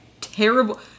terrible